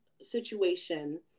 situation